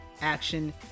action